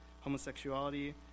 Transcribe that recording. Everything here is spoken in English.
homosexuality